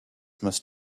must